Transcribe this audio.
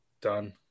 Done